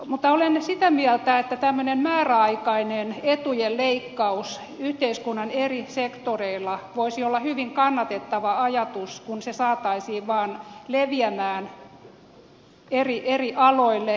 mutta olen sitä mieltä että tämmöinen määräaikainen etujen leikkaus yhteiskunnan eri sektoreilla voisi olla hyvin kannatettava ajatus kun se saataisiin vaan leviämään eri aloille